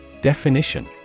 Definition